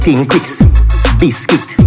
Biscuit